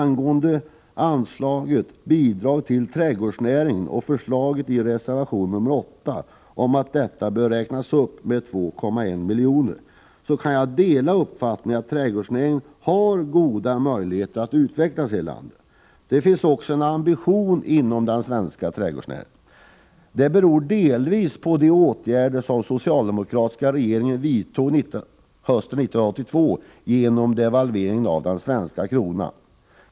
När det gäller anslaget Bidrag till trädgårdsnäringen och förslaget i reservation 8 om att detta bör räknas upp med 2,1 milj.kr., kan jag dela uppfattningen att trädgårdsnäringen här i landet har goda möjligheter att utvecklas. Den ambitionen finns också inom svensk trädgårdsnäring. Det beror delvis på de åtgärder som den socialdemokratiska regeringen vidtog hösten 1982 genom devalveringen av den svenska kronan.